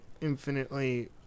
infinitely